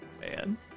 Man